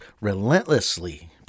relentlessly